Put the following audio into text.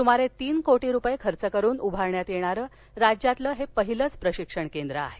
सुमारे तीन कोटी रुपये खर्च करून उभारण्यात येणार राज्यातल हे पहिलच प्रशिक्षण केंद्र आहे